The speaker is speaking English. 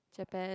Japan